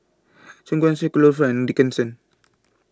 Choon Guan Street Kloof and Dickenson